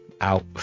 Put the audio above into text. out